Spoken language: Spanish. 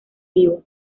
vivo